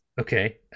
okay